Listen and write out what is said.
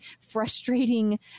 frustrating